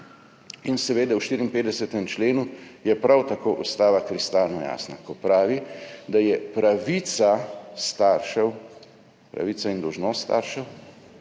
In seveda v 54. členu je prav tako Ustava kristalno jasna, ko pravi, da je pravica staršev, pravica in dolžnost staršev,